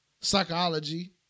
psychology